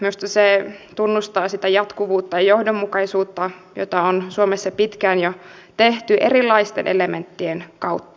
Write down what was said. minusta se tunnustaa sitä jatkuvuutta ja johdonmukaisuutta joita on suomessa jo pitkään tehty erilaisten elementtien kautta